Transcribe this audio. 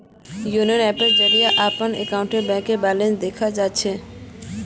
YONO ऐपेर जरिए ती अपनार अकाउंटेर बैलेंस देखवा सख छि